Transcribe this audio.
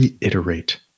reiterate